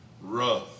Rough